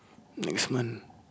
next month